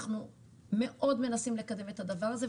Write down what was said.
אנחנו מאוד מנסים לקדם את הדבר הזה,